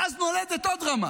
ואז נולדת עוד רמה.